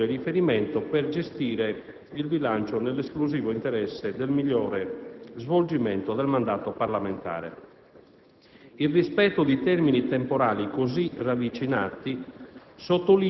ed un utile riferimento per gestire il bilancio nell'esclusivo interesse del migliore svolgimento del mandato parlamentare. Il rispetto di termini temporali così ravvicinati